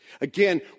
Again